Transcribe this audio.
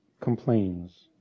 complains